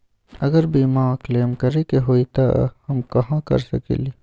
अगर बीमा क्लेम करे के होई त हम कहा कर सकेली?